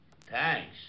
Thanks